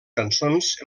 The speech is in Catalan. cançons